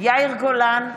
יאיר גולן,